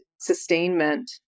sustainment